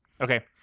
Okay